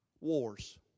Wars